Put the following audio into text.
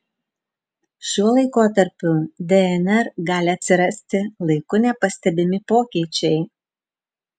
šiuo laikotarpiu dnr gali atsirasti laiku nepastebimi pokyčiai